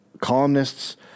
columnists